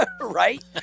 Right